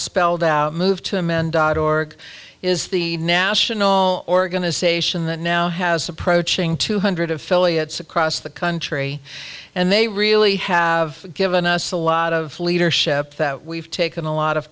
spelled out move to men dot org is the national organization that now has approaching two hundred affiliates across the country and they really have given us a lot of leadership that we've taken a lot of